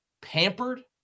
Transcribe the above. pampered